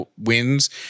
wins